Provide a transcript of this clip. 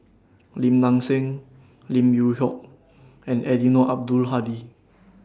Lim Nang Seng Lim Yew Hock and Eddino Abdul Hadi